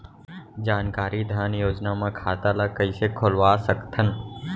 जानकारी धन योजना म खाता ल कइसे खोलवा सकथन?